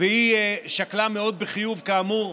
היא שקלה מאוד בחיוב, כאמור.